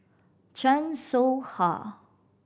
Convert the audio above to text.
Chan Soh Ha